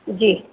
जी